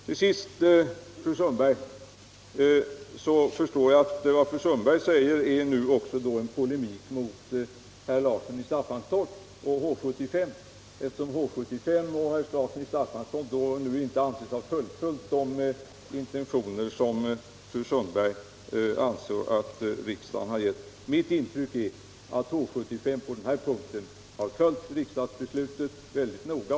Till sist vill jag säga att jag förstår att vad fru Sundberg yttrar också är en polemik mot herr Larsson i Staffanstorp och H 75, eftersom fru Sundberg anser att H 73 och herr Larsson i Staffanstorp inte har fullföljt riksdagens intentioner. Mitt intryck är att H 75 på denna punkt har följt riksdagsbeslutet mycket noga.